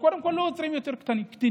שקודם כול לא עוצרים יותר קטינים.